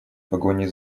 погоней